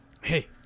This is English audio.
Hey